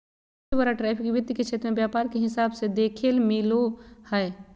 सबसे बड़ा ट्रैफिक वित्त के क्षेत्र मे व्यापार के हिसाब से देखेल मिलो हय